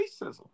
racism